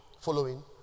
Following